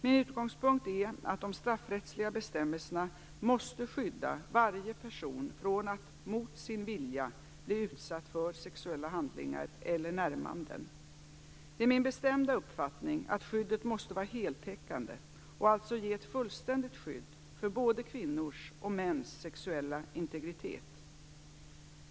Min utgångspunkt är att de straffrättsliga bestämmelserna måste skydda varje person från att mot sin vilja bli utsatt för sexuella handlingar eller närmanden. Det är min bestämda uppfattning att skyddet måste vara heltäckande och alltså ge ett fullständigt skydd för både kvinnors och mäns sexuella integritet.